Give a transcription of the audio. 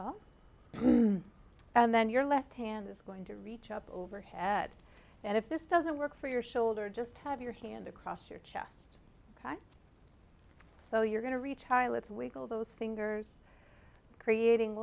breath and then your left hand is going to reach up overhead and if this doesn't work for your shoulder just have your hand across your chest ok so you're going to reach high let's wiggle those fingers creating